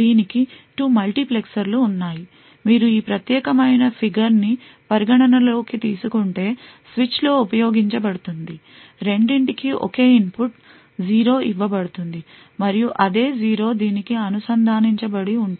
దీనికి 2 మల్టీప్లెక్సర్లు ఉన్నాయి మీరు ఈ ప్రత్యేకమైన ఫిగర్ని పరిగణన లోకి తీసుకుంటే స్విచ్లో ఉపయోగించబడుతుంది రెండింటికి ఒకే ఇన్పుట్ 0 ఇవ్వబడుతుంది మరియు అదే 0 దీనికి అనుసంధానించబడి ఉంటుంది